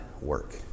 work